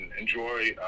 enjoy